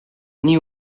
nii